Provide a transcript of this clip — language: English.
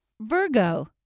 Virgo